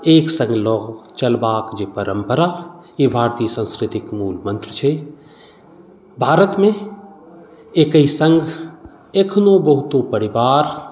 एक सङ्ग लऽ चलबाके जे परम्परा ई भारतीय संस्कृतिक मूलमंत्र छै भारतमे एकहि सङ्ग एखनो बहुतो परिवार